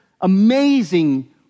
amazing